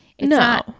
no